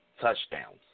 touchdowns